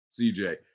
CJ